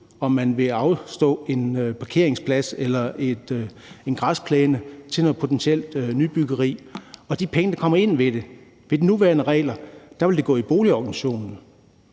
om man vil afstå en parkeringsplads eller en græsplæne til noget potentielt nybyggeri. Og de penge, der kommer ind ved det, vil efter de nuværende regler gå til boligorganisationen,